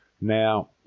now